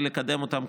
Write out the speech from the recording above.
ולקדם אותן,